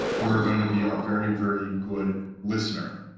you're going to be a very, very good listener.